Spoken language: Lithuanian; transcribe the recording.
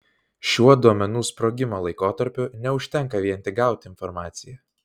šiuo duomenų sprogimo laikotarpiu neužtenka vien tik gauti informaciją